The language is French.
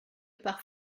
par